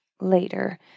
later